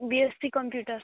B SC computer